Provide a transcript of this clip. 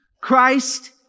Christ